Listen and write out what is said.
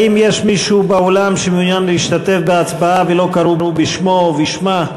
האם יש באולם מישהו שמעוניין להשתתף בהצבעה ולא קראו בשמו או בשמה?